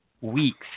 weeks